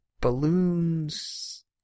balloons